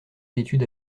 d’étude